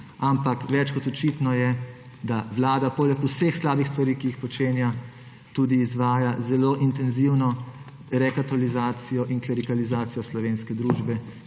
Več kot očitno je, da Vlada poleg vseh slabih stvari, ki jih počenja, tudi izvaja zelo intenzivno rekatolizacijo in klerikalizacijo slovenske družbe,